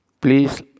Please